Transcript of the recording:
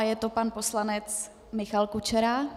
Je to pan poslanec Michal Kučera.